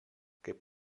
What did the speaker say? kaip